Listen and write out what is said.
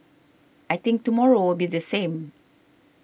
I think tomorrow will be the same